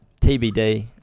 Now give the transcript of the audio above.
TBD